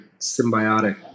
symbiotic